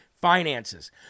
finances